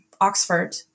Oxford